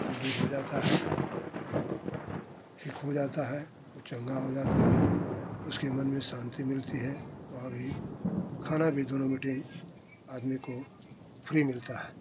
दूर हो जाता है ठीक हो जाता है चंगा हो जाता है उसके मन में शांति मिलती है वहाँ भी खाना भी दोनों भी आदमी को फ्री मिलता है